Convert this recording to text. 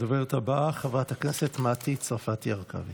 הדוברת הבאה, חברת הכנסת מטי צרפתי הרכבי.